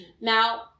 Now